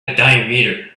diameter